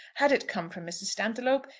had it come from mrs. stantiloup,